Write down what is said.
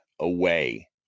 away